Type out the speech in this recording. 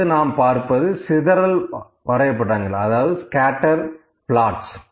அடுத்து நாம் பார்ப்பது சிதறல் வரைபடங்கள் அதாவது ஸ்கேட்டர் பிளாட்ஸ்